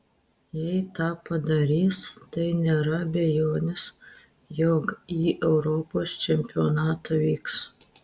jei tą padarys tai nėra abejonės jog į europos čempionatą vyks